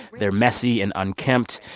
they're messy and unkempt.